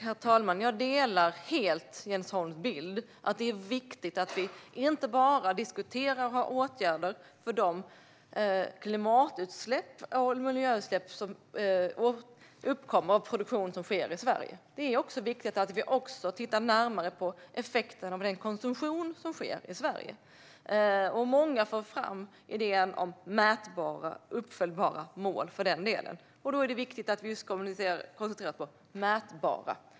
Herr talman! Jag delar helt Jens Holms bild att det är viktigt att vi inte bara diskuterar och har åtgärder för de klimatutsläpp och miljöutsläpp som uppkommer av produktion som sker i Sverige. Det är också viktigt att vi tittar närmare på effekten av den konsumtion som sker i Sverige. Många för fram idén om mätbara och uppföljbara mål för den delen. Då är det viktigt att vi koncentrerar oss på det mätbara.